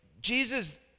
Jesus